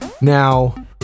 Now